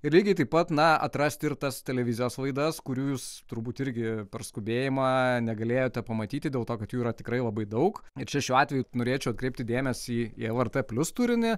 ir lygiai taip pat na atrasti ir tas televizijos laidas kurių jūs turbūt irgi per skubėjimą negalėjote pamatyti dėl to kad jų yra tikrai labai daug ir čia šiuo atveju norėčiau atkreipti dėmesį į lrt plius turinį